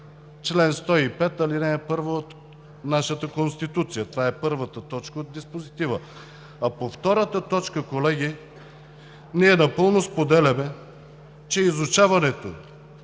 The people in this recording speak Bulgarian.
чл. 105, ал. 1 от нашата Конституция. Това е първата точка от диспозитива. По втората точка, колеги, ние напълно споделяме, че изучаването